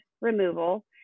removal